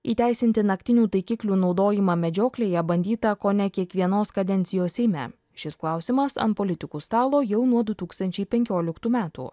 įteisinti naktinių taikiklių naudojimą medžioklėje bandyta kone kiekvienos kadencijos seime šis klausimas ant politikų stalo jau nuo du tūkstančiai penkioliktų metų